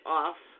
off